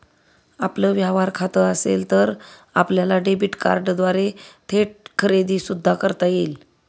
आपलं व्यवहार खातं असेल तर आपल्याला डेबिट कार्डद्वारे थेट खरेदी सुद्धा करता येईल